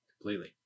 completely